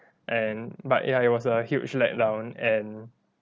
and but ya it was a huge let-down and